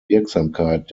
wirksamkeit